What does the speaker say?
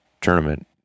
tournament